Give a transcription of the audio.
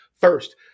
first